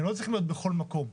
הם לא צריכים להיות בכל מקום.